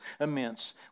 immense